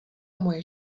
moje